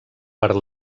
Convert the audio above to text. per